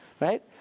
Right